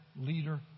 leader